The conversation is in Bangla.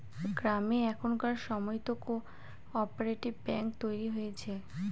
গ্রামে এখনকার সময়তো কো অপারেটিভ ব্যাঙ্ক তৈরী হয়েছে